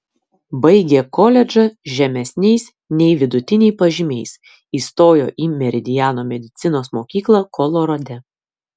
baigė koledžą žemesniais nei vidutiniai pažymiais įstojo į meridiano medicinos mokyklą kolorade